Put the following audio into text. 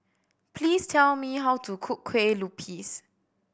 please tell me how to cook Kueh Lupis